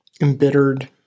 embittered